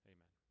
Amen